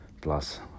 plus